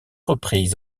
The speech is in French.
reprises